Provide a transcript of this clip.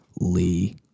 Lee